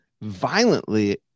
violently